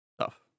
Tough